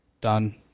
Done